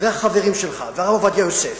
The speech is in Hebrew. החברים שלך והרב עובדיה יוסף